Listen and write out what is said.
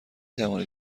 توانید